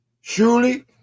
Surely